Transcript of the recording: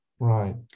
Right